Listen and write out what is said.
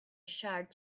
chart